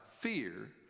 fear